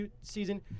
season